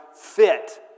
fit